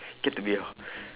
get to be a